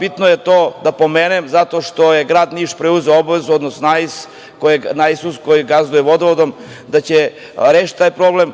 Bitno je to da pomenem zato što je grad Niš preuzeo obavezu odnosno NAIS, odnosno NAISUS, koji gazduje vodovodom, da će rešiti taj problem,